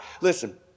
Listen